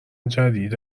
جدید